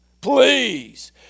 please